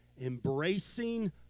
embracing